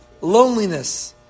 loneliness